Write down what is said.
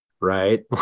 right